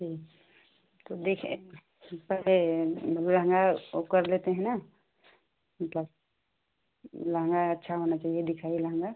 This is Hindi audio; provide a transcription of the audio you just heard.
जी तो देखें पहले लहंगा वह कर लेते है ना मतलब लहंगा अच्छा होना चाहिए दिखाइए लहंगा